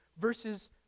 versus